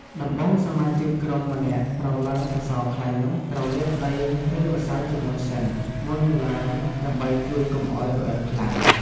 ដំបូងសមាជិកក្រុមម្នាក់ត្រូវឡើងសសរខ្លាញ់នោះត្រូវលាបដីឬម្សៅជាមុនសិនមុននឹងឡើង ដើម្បីជួយកុំអោយរអិលខ្លាំង។